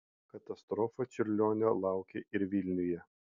katastrofa čiurlionio laukė ir vilniuje